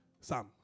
Sam